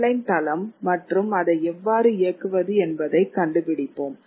online தளம் மற்றும் அதை எவ்வாறு இயக்குவது என்பதைக் கண்டுபிடிப்போம்